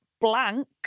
blank